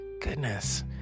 goodness